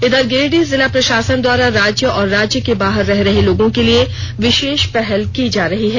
इधर गिरिडीह जिला प्रषासन द्वारा राज्य और राज्य के बाहर रह रहे लोगों के लिए विषेष पहल की जा रही है